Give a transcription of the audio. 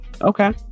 Okay